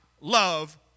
love